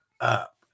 up